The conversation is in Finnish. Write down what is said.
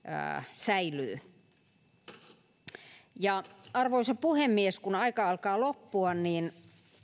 säilyy arvoisa puhemies kun aika alkaa loppua niin